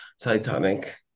Titanic